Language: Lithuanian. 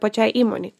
pačiai įmonei